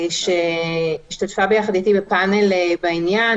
שהשתתפה יחד איתי בפנל בעניין,